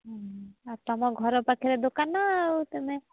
ହଁ ଆଉ ତମ ଘର ପାଖରେ ଦୋକାନ ଆଉ ତମେ